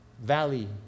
valley